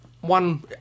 one